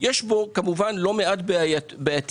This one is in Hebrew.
ויש בו לא מעט בעייתיות,